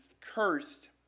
cursed